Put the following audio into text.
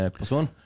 person